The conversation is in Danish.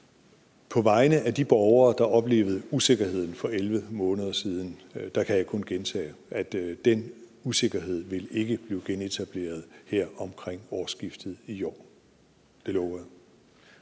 På vegne af de borgere, der oplevede usikkerheden for 11 måneder siden, kan jeg kun gentage, at den usikkerhed ikke vil gentage sig omkring årsskiftet i år. Det lover